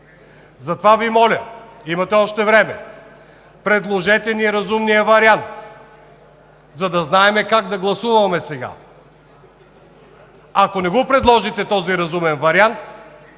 Затова Ви моля, имате още време, предложете ни разумния вариант, за да знаем как да гласуваме сега. Ако не го предложите този разумен вариант,